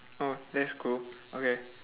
oh that's cool okay